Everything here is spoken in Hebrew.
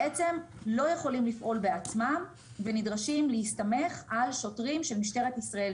בעצם לא יכולים לפעול בעצמם ונדרשים להסתמך על שוטרים של משטרת ישראל,